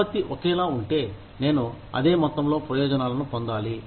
ఉత్పత్తి ఒకేలా ఉంటే నేను అదే మొత్తంలో ప్రయోజనాలను పొందాలి